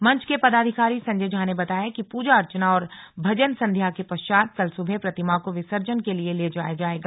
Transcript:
मंच के पदाधिकारी संजय झा ने बताया कि पूजा अर्चना और भजन संध्या के पश्चात कल सुबह प्रतिमा को विसर्जन के लिए ले जाया जाएगा